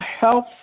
health